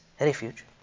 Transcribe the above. refuge